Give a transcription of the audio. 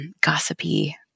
gossipy